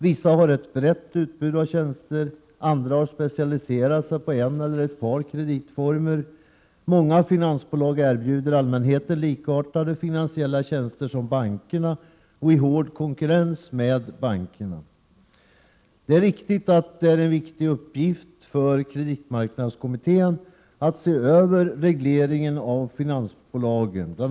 Vissa har ett brett utbud av tjänster, andra har specialiserat sig på en eller ett par kreditformer. Många finansbolag erbjuder allmänheten finansiella tjänster som liknar bankernas och i hård konkurrens med bankerna. Det är riktigt att det är en viktig uppgift för kreditmarknadskommittén att se över regleringen av finansbolagen. Bl.